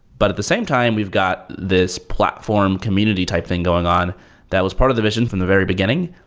but at the same time, we've got this platform community type thing going on that was part of the vision from the very beginning.